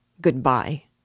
Goodbye